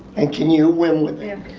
and can you win with